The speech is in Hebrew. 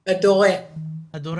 גם ד"ר נאוה אביגדור,